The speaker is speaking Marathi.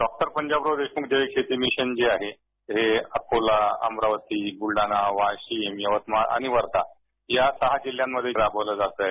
डॉ पंजाबराव देशमुख जैविक शेती मिशन जे आहे हे अकोला अमरावती बुलढाणा वाशिम यवतमाळ आणि वर्धा या सहा जिल्ह्यामध्ये राबविले जात आहे